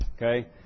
Okay